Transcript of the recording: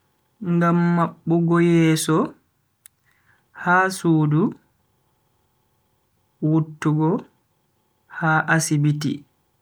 Ngam mabbugo yeso ha sudu wuttugo ha asibiti.